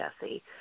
Jesse